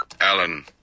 Alan